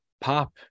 pop